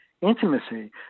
intimacy